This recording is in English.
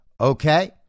okay